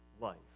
life